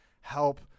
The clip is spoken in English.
help